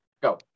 Go